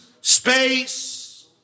space